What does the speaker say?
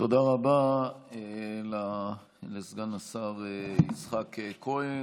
תודה רבה לסגן השר יצחק כהן.